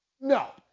No